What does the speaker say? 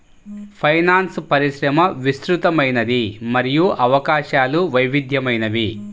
finance పరిశ్రమ విస్తృతమైనది మరియు అవకాశాలు వైవిధ్యమైనవి